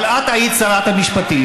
אבל את היית שרת המשפטים,